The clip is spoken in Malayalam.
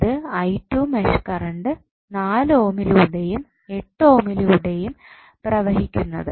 ഇത് മെഷ് കറണ്ട് 4 ഓമിലൂടെയും 8 ഓമിലൂടെയും പ്രവഹിക്കുന്നത്